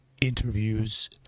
interviews